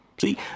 See